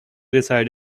reside